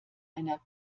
einer